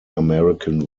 american